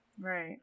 right